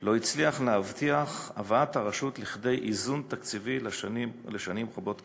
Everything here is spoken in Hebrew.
לא הצליח להבטיח את הבאת הרשות לכדי איזון תקציבי לשנים רבות קדימה.